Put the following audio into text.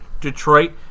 Detroit